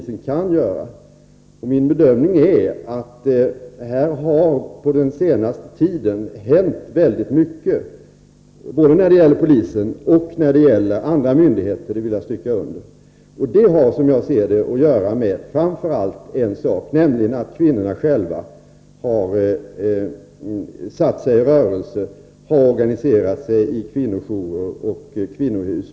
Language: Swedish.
Jag vill stryka under att min bedömning är att det på den senaste tiden har hänt mycket, både i vad gäller polisen och i vad gäller andra myndigheter. Det har att göra med framför allt en sak, nämligen att kvinnorna själva har satt sig i rörelse, har organiserat sig i kvinnojourer och kvinnohus.